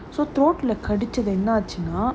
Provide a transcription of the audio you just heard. so throat leh கிடைச்சது என்னாச்சுனா:kidaichathu ennaachunaa